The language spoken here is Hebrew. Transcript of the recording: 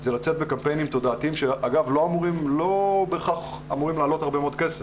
זה לצאת בקמפיינים תודעתיים שלא בהכרח אמורים לעלות הרבה מאוד כסף.